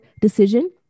decision